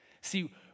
See